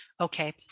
okay